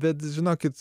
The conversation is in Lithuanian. bet žinokit